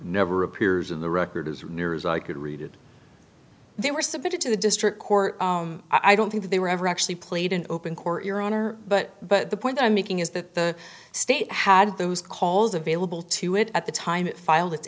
never appears in the record as near as i could read it they were submitted to the district court i don't think they were ever actually played in open court your honor but but the point i'm making is that the state had those calls available to it at the time it filed